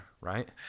right